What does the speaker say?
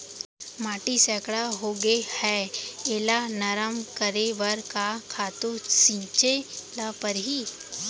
माटी सैकड़ा होगे है एला नरम करे बर का खातू छिंचे ल परहि?